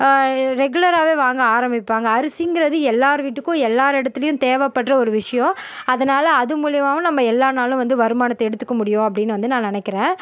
ரெகுலராகவே வாங்க ஆரமிப்பாங்க அரிசிங்கிறது எல்லாரு வீட்டுக்கும் எல்லார் இடத்துலியும் தேவைப்பட்ற ஒரு விஷியம் அதனால் அது மூலியுமாகவும் நம்ப எல்லா நாளும் வந்து வருமானத்தை எடுத்துக்க முடியும் அப்படின் வந்து நான் நினைக்கிறேன்